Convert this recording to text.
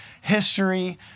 history